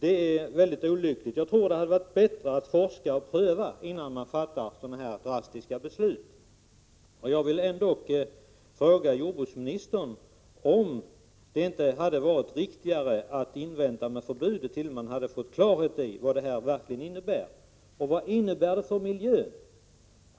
Detta är mycket olyckligt. Jag tror att det hade varit bättre att forskarna hade prövat saken, innan sådana här drastiska beslut fattats. Jag vill fråga jordbruksministern om det inte hade varit riktigare att vänta med förbudet till dess att man fått klarhet i vad det hela innebär. Vad innebär det för miljön?